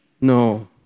No